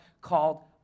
called